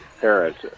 parents